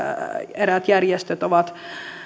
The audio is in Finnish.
eräät järjestöt ovat